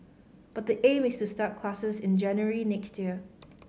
but the aim is to start classes in January next year